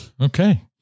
Okay